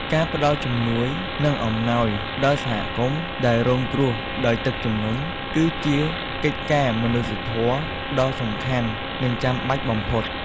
ការផ្តល់ជំនួយ និងអំណោយដល់សហគមន៍ដែលរងគ្រោះដោយទឹកជំនន់ គឺជាកិច្ចការមនុស្សធម៌ដ៏សំខាន់ និងចាំបាច់បំផុត។